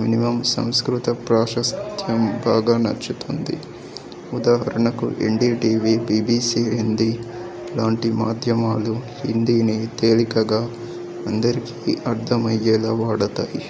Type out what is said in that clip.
minimum సంస్కృత ప్రాశస్త్యం బాగా నచ్చుతుంది ఉదాహరణకు ఎన్డీటీవీ బీబీసీ హిందీ లాంటి మాధ్యమాలు హిందీని తేలికగా అందరికి అర్థమయ్యేలాగ వాడుతాయి